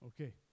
Okay